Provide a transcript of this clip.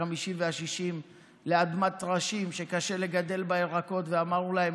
החמישים והשישים לאדמת טרשים שקשה לגדל בה ירקות ואמרנו להם: